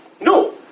no